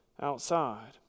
outside